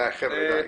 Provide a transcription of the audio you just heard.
די חברים.